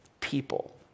people